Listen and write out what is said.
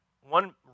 one